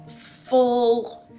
full